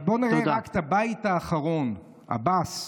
אבל בוא נראה רק את הבית האחרון, עבאס.